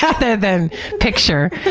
rather than picture.